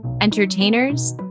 entertainers